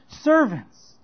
servants